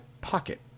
pocket